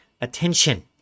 attention